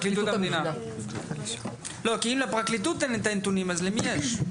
אם לפרקליטות אין את הנתונים, אז למי יש?